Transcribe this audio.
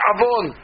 Avon